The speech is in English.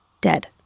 Dead